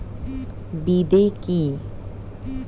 বিদে কি?